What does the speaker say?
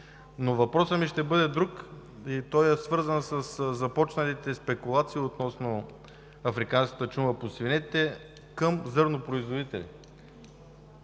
Въпросът ми ще бъде друг и той е свързан със започналите спекулации относно африканската чума по свинете към зърнопроизводителите.